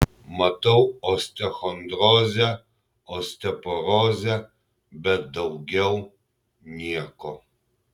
matau osteochondrozę osteoporozę bet daugiau nieko